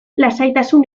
lasaitasun